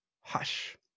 Hush